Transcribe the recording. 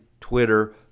Twitter